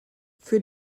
für